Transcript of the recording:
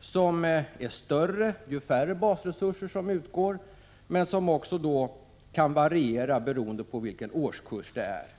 som är större ju färre basresurser som utgår men som också kan variera beroende på vilken årskurs det gäller.